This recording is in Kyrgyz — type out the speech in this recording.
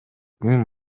күн